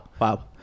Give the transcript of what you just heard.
wow